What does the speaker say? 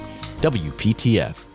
WPTF